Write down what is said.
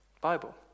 Bible